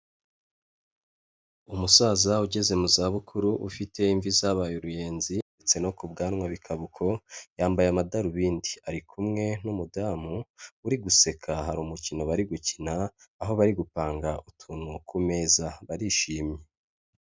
Umusaza ugeze mu za bukuru ufite imvi zabaye uruyenzi ndetse no ku bwanwa bikaba uko yambaye amadarubindi. Ari kumwe n'umudamu uri guseka, hari umukino bari gukina, aho bari gupanga utuntu ku meza, barishimye.